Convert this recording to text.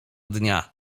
dnia